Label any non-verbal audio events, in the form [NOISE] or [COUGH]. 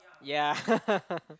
ya [LAUGHS]